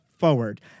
Forward